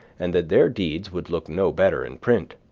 and that their deeds would look no better in print.